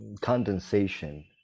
condensation